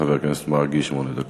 חבר הכנסת מרגי, יש לך שמונה דקות.